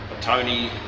Tony